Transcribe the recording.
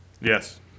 Yes